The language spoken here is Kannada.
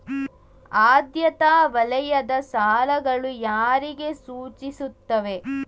ಆದ್ಯತಾ ವಲಯದ ಸಾಲಗಳು ಯಾರಿಗೆ ಸೂಚಿಸುತ್ತವೆ?